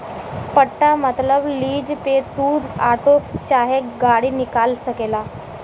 पट्टा मतबल लीज पे तू आटो चाहे गाड़ी निकाल सकेला